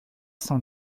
cent